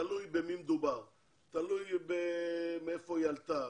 תלוי מאיפה היא עלתה,